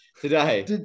Today